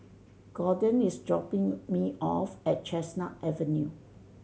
Gordon is dropping me off at Chestnut Avenue